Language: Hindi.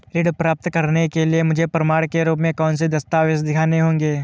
ऋण प्राप्त करने के लिए मुझे प्रमाण के रूप में कौन से दस्तावेज़ दिखाने होंगे?